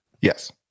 Yes